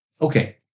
Okay